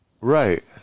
right